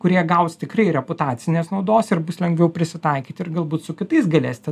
kurie gaus tikrai reputacinės naudos ir bus lengviau prisitaikyti ir galbūt su kitais galėsite